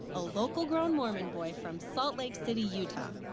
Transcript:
a local-grown mormon boy from salt lake city, utah.